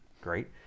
Great